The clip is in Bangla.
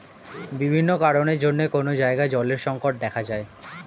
বিভিন্ন কারণের জন্যে কোন জায়গায় জলের সংকট দেখা যায়